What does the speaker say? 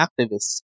activists